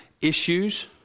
issues